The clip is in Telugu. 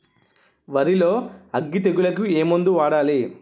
వరిలో అగ్గి తెగులకి ఏ మందు వాడాలి?